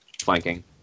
flanking